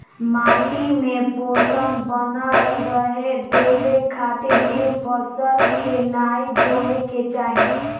माटी में पोषण बनल रहे देवे खातिर ए फसल के नाइ बोए के चाही